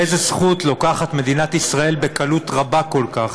באיזו זכות לוקחת מדינת ישראל בקלות רבה כל כך,